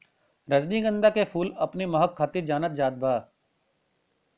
रजनीगंधा के फूल अपने महक खातिर जानल जात बा